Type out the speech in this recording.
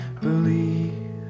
believe